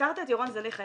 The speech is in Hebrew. הזכרת את ירון זליכה.